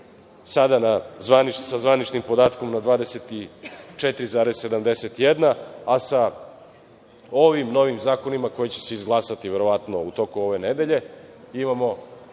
Sada sa zvaničnim podatkom je na 24,71, a sa ovim novim zakonima, koji će se izglasati verovatno u toku ove nedelje, imamo